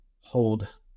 hold